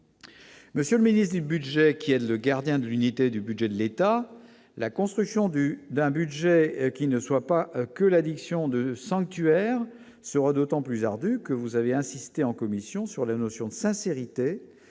Monsieur le ministre du Budget, qui est le gardien de l'unité du budget de l'État. La construction du d'un budget qui ne soit pas que l'addiction de sanctuaire sera d'autant plus ardu que vous avez insisté en commission sur la notion de sincérité